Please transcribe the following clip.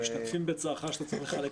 אנחנו משתתפים בצערך שאתה צריך לחלק